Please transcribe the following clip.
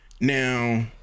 Now